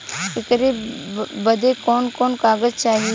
ऐकर बदे कवन कवन कागज चाही?